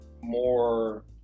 more